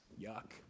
Yuck